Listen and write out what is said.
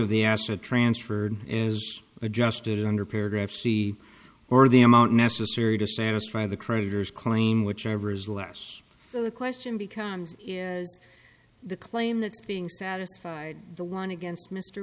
of the astra transferred is adjusted under paragraph c or the amount necessary to satisfy the creditors claim whichever is less so the question becomes the claim that's being satisfied the one against mr